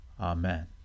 Amen